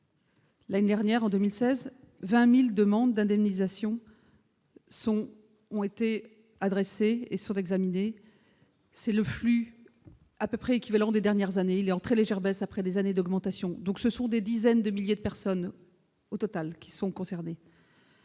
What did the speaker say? L'année dernière en 2016, 20000 demandes d'indemnisation sont ont été adressées et sont examinés, c'est le flux à peu près équivalent des dernières années, il est en très légère baisse après des années d'augmentation, donc ce sont des dizaines de milliers de personnes au total qui sont concernés.